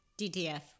DTF